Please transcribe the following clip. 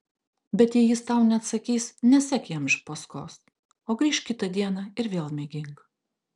bet jei jis tau neatsakys nesek jam iš paskos o grįžk kitą dieną ir vėl mėgink